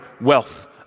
wealth